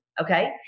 Okay